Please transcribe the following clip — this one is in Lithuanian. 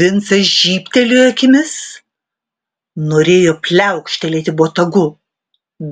vincas žybtelėjo akimis norėjo pliaukštelėti botagu